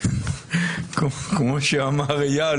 כמו שאמר איל,